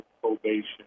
Probation